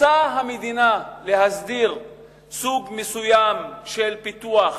רוצה המדינה להסדיר סוג מסוים של פיתוח,